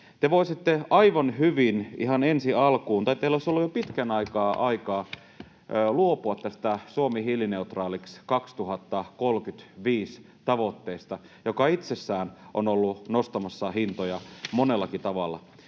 Te voisitte aivan hyvin ihan ensi alkuun... Tai teillä olisi ollut jo pitkän aikaa aikaa luopua tästä Suomi hiilineutraaliksi 2035 ‑tavoitteesta, joka itsessään on ollut nostamassa hintoja monellakin tavalla.